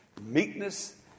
Meekness